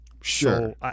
Sure